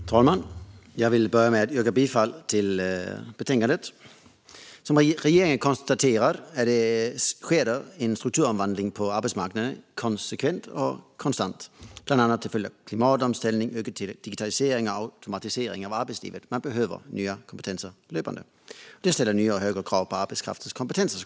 Herr talman! Jag vill börja med att yrka bifall till utskottets förslag. Som regeringen konstaterar sker det en strukturomvandling på arbetsmarknaden konsekvent och konstant, bland annat till följd av klimatomställning, en digitalisering och automatisering av arbetslivet. Man behöver nya kompetenser löpande. Detta ställer nya och högre krav på arbetskraftens kompetenser.